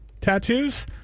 tattoos